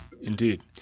Indeed